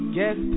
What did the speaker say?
Guess